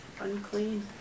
Unclean